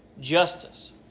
justice